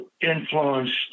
influenced